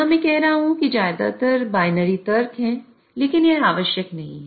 यहां मैं कह रहा हूं कि ये ज्यादातर बायनरी तर्क हैं लेकिन यह आवश्यक नहीं है